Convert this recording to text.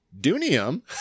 Dunium